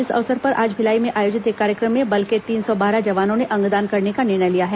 इस अवसर पर आज भिलाई में आयोजित एक कार्यक्रम में बल के तीन सौ बारह जवानों ने अंगदान करने का निर्णय लिया है